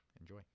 enjoy